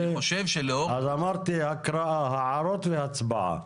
אמרתי הקראה, הערות והצבעה.